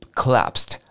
collapsed